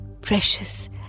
precious